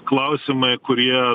klausimai kurie